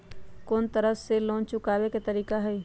कोन को तरह से लोन चुकावे के तरीका हई?